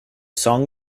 song